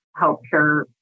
healthcare